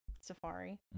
Safari